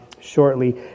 shortly